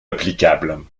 applicables